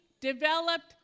developed